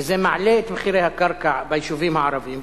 וזה מעלה את מחירי הקרקע ביישובים הערביים,